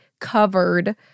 covered